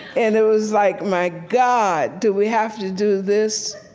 and it was like, my god, do we have to do this?